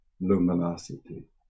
luminosity